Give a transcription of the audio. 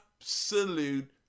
absolute